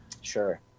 Sure